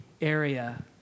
Area